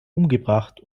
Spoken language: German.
umgebracht